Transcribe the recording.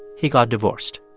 he got divorced.